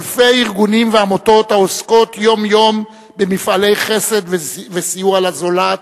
אלפי ארגונים ועמותות העוסקים יום-יום במפעלי חסד וסיוע לזולת,